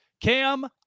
Cam